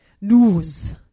news